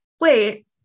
wait